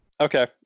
Okay